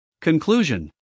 Conclusion